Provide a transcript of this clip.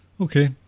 Okay